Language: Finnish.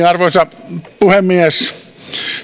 arvoisa puhemies